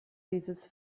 dieses